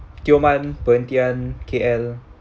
tioman perhentian K_L